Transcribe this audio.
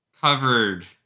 covered